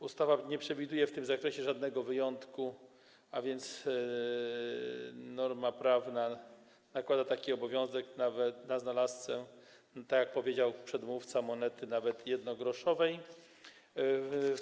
Ustawa nie przewiduje w tym zakresie żadnego wyjątku, a więc norma prawna nakłada taki obowiązek na znalazcę, tak jak powiedział przedmówca, nawet jednogroszowej monety.